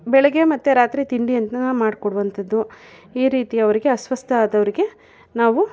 ಬೆಳಗ್ಗೆ ಮತ್ತು ರಾತ್ರಿ ತಿಂಡಿಯನ್ನು ಮಾಡ್ಕೊಡುವಂಥದ್ದು ಈ ರೀತಿ ಅವರಿಗೆ ಅಸ್ವಸ್ಥ ಆದವರಿಗೆ ನಾವು